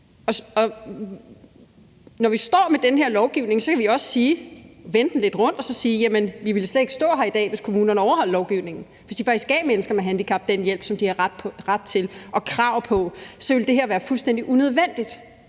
Når vi står med den her lovgivning, kan vi også vende den lidt rundt og sige, at vi slet ikke ville stå her i dag, hvis kommunerne overholdt lovgivningen; hvis de faktisk gav mennesker med handicap den hjælp, som de har ret til og krav på, så ville det her være fuldstændig unødvendigt.